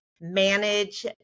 manage